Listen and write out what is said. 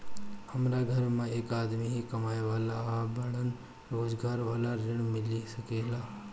हमरा घर में एक आदमी ही कमाए वाला बाड़न रोजगार वाला ऋण मिल सके ला?